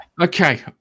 Okay